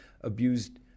abused